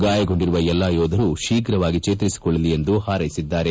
ಗಾಯಗೊಂಡಿರುವ ಎಲ್ಲಾ ಯೋಧರು ಶೀಘವಾಗಿ ಚೇತರಿಸಿಕೊಳ್ಳಲಿ ಎಂದು ಪಾರೈಸಿದ್ದಾರೆ